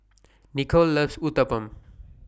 Nicolle loves Uthapam